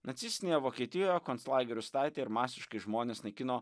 nacistinėje vokietijoje konclagerius statė ir masiškai žmones naikino